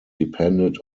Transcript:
depended